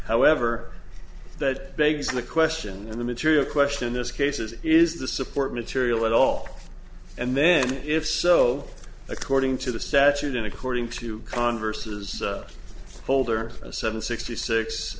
however that begs the question and the material question this case is is the support material at all and then if so according to the statute and according to converse is older a seven sixty six